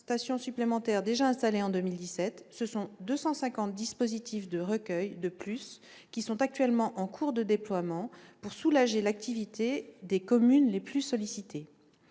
stations supplémentaires déjà installées en 2017, ce sont 250 dispositifs de recueil de plus qui sont actuellement en cours de déploiement pour soulager l'activité des communes les plus sollicitées.